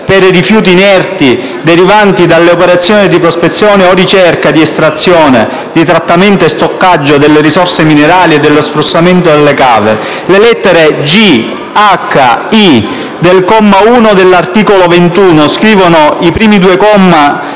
per i rifiuti inerti derivanti dalle operazioni di prospezione o ricerca, di estrazione, di trattamento e di stoccaggio delle risorse minerali e dallo sfruttamento delle cave; le lettere *g)*, *h)* ed *i)* del comma 1 dell'articolo 21 riscrivono i primi due commi